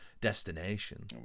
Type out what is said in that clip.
destination